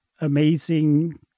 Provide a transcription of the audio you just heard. amazing